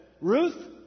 Ruth